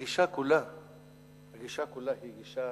הגישה כולה היא גישה